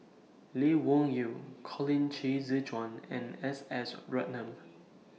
Lee Wung Yew Colin Qi Zhe Quan and S S Ratnam